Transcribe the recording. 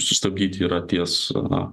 sustabdyti yra ties na